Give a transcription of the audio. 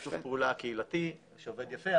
שיתוף פעולה קהילתי שעובד יפה.